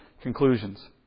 conclusions